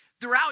Throughout